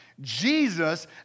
Jesus